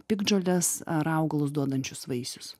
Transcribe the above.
piktžoles ar augalus duodančius vaisius